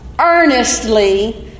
earnestly